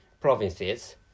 provinces